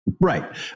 Right